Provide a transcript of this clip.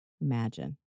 Imagine